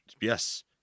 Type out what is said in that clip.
Yes